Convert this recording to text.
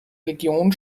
region